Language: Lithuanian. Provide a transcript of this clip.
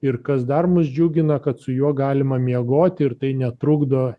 ir kas dar mus džiugina kad su juo galima miegoti ir tai netrukdo